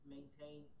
maintain